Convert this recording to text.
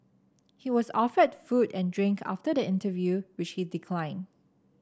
he was offered food and drink after the interview which he declined